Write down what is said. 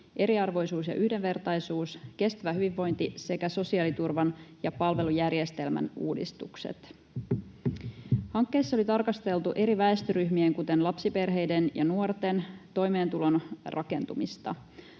eriarvoisuus ja yhdenvertaisuus, kestävä hyvinvointi sekä sosiaaliturvan ja palvelujärjestelmän uudistukset. Hankkeessa oli tarkasteltu eri väestöryhmien, kuten lapsiperheiden ja nuorten, toimeentulon rakentumista.